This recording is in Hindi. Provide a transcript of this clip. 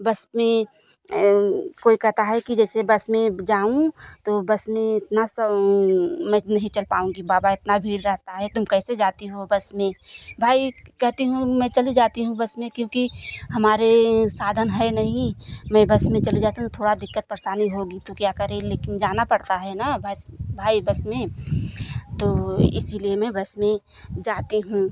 बस में कोई कहता है कि जैसे बस में जाऊँ तो बस में इतना सौं मैं नहीं चल पाऊँगी बाबा इतना भीड़ रहता है तुम कैसे जाती हो बस में भाई कहती हूँ मैं चली जाती हूँ बस में क्यूोंकि हमारे साधन हैं नहीं मैं बस में चली जाती हूँ तो थोड़ा दिक़्क़त परेशानी होगी तो क्या करें लेकिन जाना पड़ता है न बस भाई बस में तो इसीलिए मैं बस में जाती हूँ